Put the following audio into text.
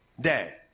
day